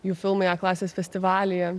jų filmai a klasės festivalyje